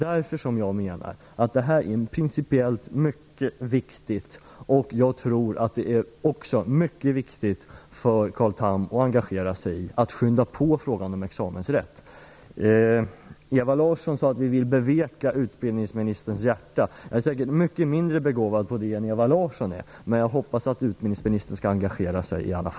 Därför menar jag att det här principiellt är mycket viktigt. Jag tror också att det är mycket viktigt att Carl Tham engagerar sig när det gäller att skynda på i frågan om examensrätt. Ewa Larsson sade att vi vill beveka utbildningsministerns hjärta. Jag är säkert mycket mindre begåvad i det avseendet än vad Ewa Larsson är. Men jag hoppas i alla fall att utbildningsministern engagerar sig.